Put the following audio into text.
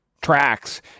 tracks